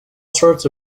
sorts